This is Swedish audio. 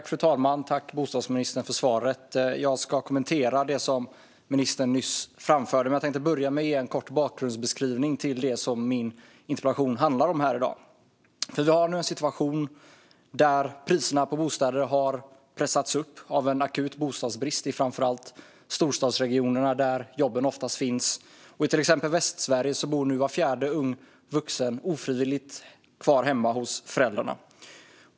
Fru talman! Tack, bostadsministern, för svaret! Jag ska kommentera det som ministern nyss framförde, men jag tänkte börja med att ge en kort bakgrundsbeskrivning till det som min interpellation här i dag handlar om. Vi har nu en situation där priserna på bostäder har pressats upp av en akut bostadsbrist i framför allt storstadsregionerna, där jobben oftast finns. I till exempel Västsverige bor nu var fjärde ung vuxen ofrivilligt kvar hemma hos föräldrarna.